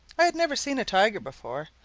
i had never seen a tiger before,